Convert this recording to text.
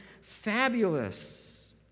fabulous